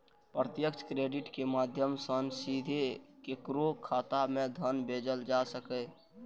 प्रत्यक्ष क्रेडिट के माध्यम सं सीधे केकरो खाता मे धन भेजल जा सकैए